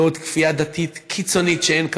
לא עוד כפייה דתית קיצונית שאין כמוה,